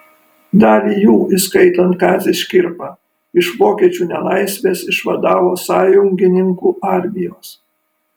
dalį jų įskaitant kazį škirpą iš vokiečių nelaisvės išvadavo sąjungininkų armijos